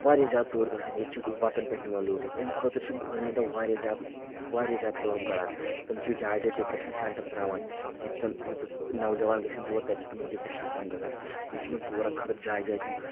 واریاہ زیادٕ ژوٗرٕ گژھان ییٚتہِ چھِ وتان پؠٹھ نِوان لوٗٹٕتھ امہِ خٲطرٕ چھِ گورمِنٹو واریاہ زیادٕ واریاہ زیادٕ کٲم کران تِم چھِ جایہِ جایہِٕ ڈِپریٚشن سیٚنٹر ترٛاوان ییٚتہِ زن مان ژٕ نوجوان گژھؠن توٚر تَتہِ چھِ تِمن ڈِپریشن کم گژھان بیٚیہِ چھِ یِمن ژوٗرن خٲطرٕ جایہِ جایہِ تِم